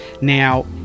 Now